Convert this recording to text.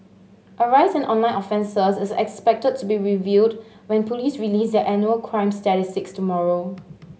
a rise in online offences is expected to be revealed when police release their annual crime statistics tomorrow